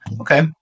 Okay